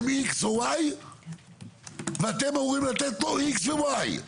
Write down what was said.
איקס או וואי ואתם אמורים לתת לו איקס וואי.